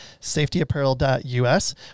safetyapparel.us